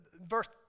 verse